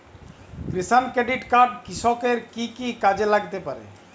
কিষান credit card কৃষকের কি কি কাজে লাগতে পারে?